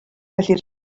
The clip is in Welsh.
felly